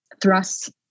thrust